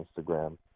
Instagram